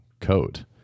code